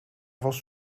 was